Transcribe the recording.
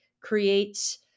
creates